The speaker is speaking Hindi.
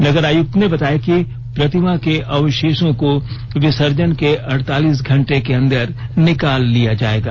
नगर आयुक्त ने बताया कि प्रतिमा के अवशेषों को विसर्जन के अड़तालीस घंटे के अंदर निकाल लिया जाएगा